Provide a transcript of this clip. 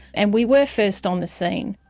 and we were first on the scene.